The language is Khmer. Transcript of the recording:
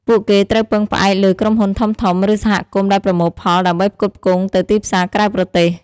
ពួកគេត្រូវពឹងផ្អែកលើក្រុមហ៊ុនធំៗ ឬសហគមន៍ដែលប្រមូលផលដើម្បីផ្គត់ផ្គង់ទៅទីផ្សារក្រៅប្រទេស។